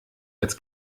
als